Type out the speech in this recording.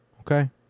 Okay